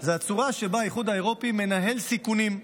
הם הצורה שבה האיחוד האירופי מנהל סיכונים,